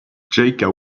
jaka